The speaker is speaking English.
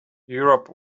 europe